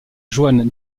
johann